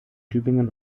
tübingen